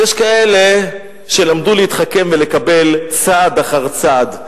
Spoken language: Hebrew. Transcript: ויש כאלה שלמדו להתחכם ולקבל צעד אחר צעד.